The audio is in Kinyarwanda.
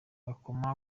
bakoma